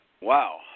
Wow